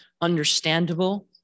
understandable